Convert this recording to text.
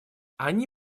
они